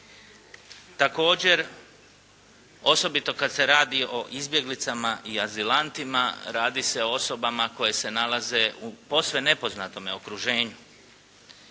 Također, osobito kada se radi o izbjeglicama i azilantima radi se o osobama koje se nalaze u posve nepoznatome okruženju.